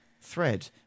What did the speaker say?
thread